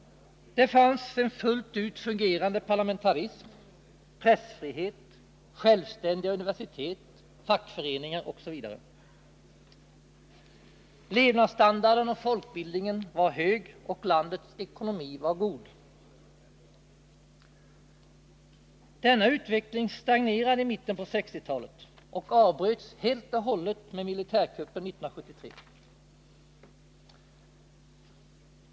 Det fanns en fullt ut fungerande parlamentarism, pressfrihet, självständiga universitet, fackföreningar osv. Levnadsstandarden och folkbildningen var hög, och landets ekonomi var god. Denna utveckling stagnerade i mitten på 1960-talet och avbröts helt och hållet av militärkuppen 1973.